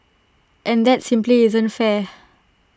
and that simply isn't fair